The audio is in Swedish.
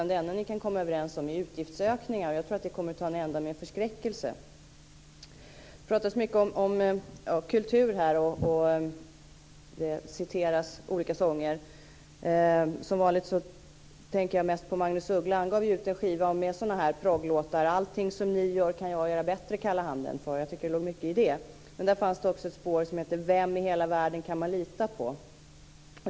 Det enda ni kan komma överens om är utgiftsökningar, och jag tror att det kommer att ta en ända med förskräckelse. Det pratas mycket om kultur här. Det citeras olika sånger. Som vanligt tänker jag mest på Magnus Uggla. Han gav ut en skiva med sådana progglåtar. "Allting som ni gör kan jag göra bättre", kallade han den för. Jag tycker att det låg mycket i det. Där fanns det också ett spår som hette "Vem i hela världen kan man lita på?"